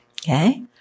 Okay